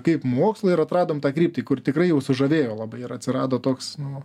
kaip mokslo ir atradom tą kryptį kur tikrai jau sužavėjo labai ir atsirado toks nu